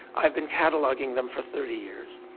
i've been cataloguing them for thirty years,